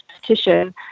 petition